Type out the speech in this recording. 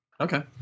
Okay